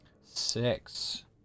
Six